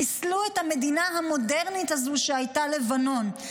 חיסלו את המדינה המודרנית הזו שהייתה לבנון.